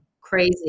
Crazy